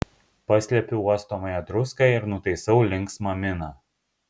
paslepiu uostomąją druską ir nutaisau linksmą miną